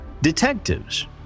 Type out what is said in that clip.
detectives